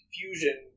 fusion